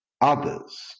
others